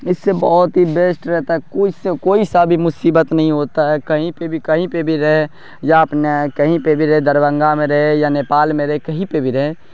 اس سے بہت ہی بیشٹ رہتا ہے کوئی سے کوئی سا بھی مصیبت نہیں ہوتا ہے کہیں پہ بھی کہیں پہ بھی رہے یا اپنے کہیں پہ بھی رہے دربھنگہ میں رہے یا نیپال میں رہے کہیں پہ بھی رہے